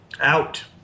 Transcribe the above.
Out